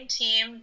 team